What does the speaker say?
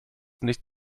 nicht